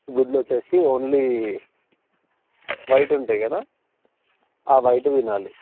గుడ్లు వచ్చేసి only white ఉంటాయి కదా ఆ వైట్ తినాలి